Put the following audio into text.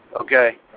okay